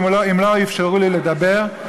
אם לא יאפשרו לי לדבר,